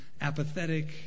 apathetic